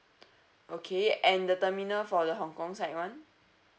okay and the terminal for the hong kong side one